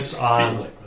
on